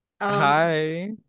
Hi